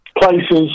places